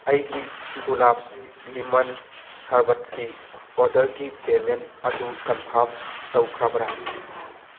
ꯑꯩꯒꯤ ꯒꯨꯂꯥꯞꯁ ꯂꯤꯃꯟ ꯁꯔꯕꯠꯀꯤ ꯑꯣꯔꯗꯔꯒꯤ ꯄꯦꯃꯦꯟ ꯑꯗꯨ ꯀꯟꯐꯥꯝ ꯇꯧꯈ꯭ꯔꯕꯔꯥ